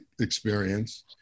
experience